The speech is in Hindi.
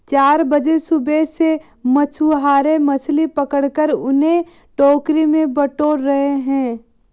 चार बजे सुबह से मछुआरे मछली पकड़कर उन्हें टोकरी में बटोर रहे हैं